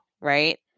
right